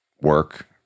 work